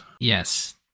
Yes